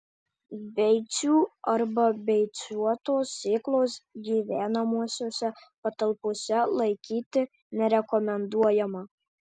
beicų arba beicuotos sėklos gyvenamosiose patalpose laikyti nerekomenduojama